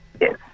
Yes